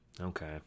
Okay